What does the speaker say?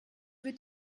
wird